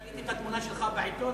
ראיתי את התמונה שלך בעיתון,